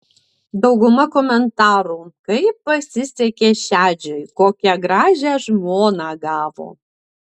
dauguma komentarų kaip pasisekė šedžiui kokią gražią žmoną gavo